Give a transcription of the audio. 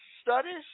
studies